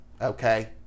okay